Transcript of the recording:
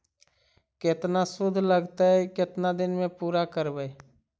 केतना शुद्ध लगतै केतना दिन में पुरा करबैय?